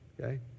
okay